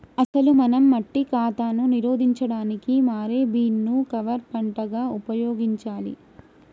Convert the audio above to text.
అసలు మనం మట్టి కాతాను నిరోధించడానికి మారే బీన్ ను కవర్ పంటగా ఉపయోగించాలి